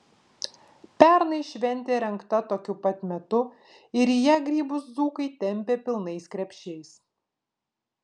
pernai šventė rengta tokiu pat metu ir į ją grybus dzūkai tempė pilnais krepšiais